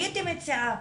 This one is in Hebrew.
הייתי מציעה